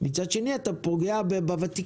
ומצד שני אתה פוגע בוותיקים,